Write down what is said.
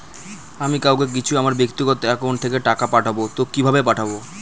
আমি কাউকে কিছু আমার ব্যাক্তিগত একাউন্ট থেকে টাকা পাঠাবো তো কিভাবে পাঠাবো?